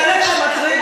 החלק שמטריד אותי,